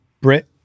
Brit